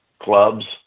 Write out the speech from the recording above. clubs